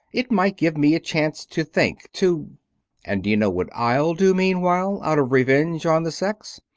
it might give me a chance to think to and d'you know what i'll do meanwhile, out of revenge on the sex?